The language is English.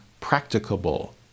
practicable